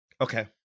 okay